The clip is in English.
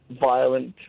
violent